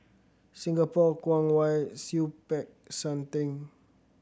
Singapore Kwong Wai Siew Peck San Theng